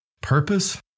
Purpose